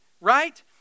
right